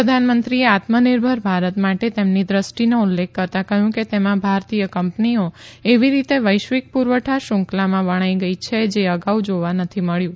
પ્રધાનમંત્રીએ આત્મનિર્ભર ભારત માટે તેમની દ્રષ્ઠીનો ઉલ્લેખ કરતા કહ્યું કે તેમાં ભારતીય કંપનીઓ એવી રીતે વૈશ્વિક પુરવઠા શ્રૃંખલામાં વણાઇ ગઇ છે જે અગાઉ જોવા નથી મળ્યુ